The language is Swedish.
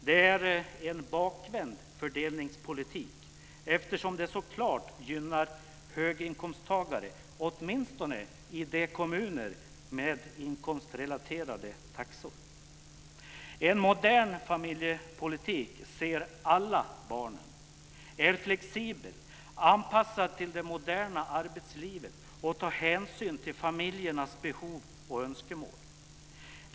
Det är en bakvänd fördelningspolitik, eftersom den så klart gynnar höginkomsttagare, åtminstone i kommuner med inkomstrelaterade taxor. En modern familjepolitik ser alla barnen, är flexibel, anpassad till det moderna arbetslivet och tar hänsyn till familjernas behov och önskemål.